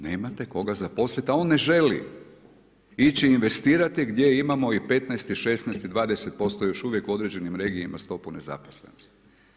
Nemate koga zaposliti, a on ne želi ići investirati, gdje imamo i 15 i 16 i 20% još uvijek u određenim regijama stopu nezaposlenosti.